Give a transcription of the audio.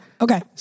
Okay